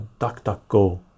DuckDuckGo